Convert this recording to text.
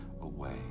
away